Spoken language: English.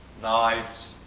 knives.